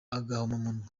agahomamunwa